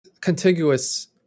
contiguous